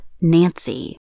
Nancy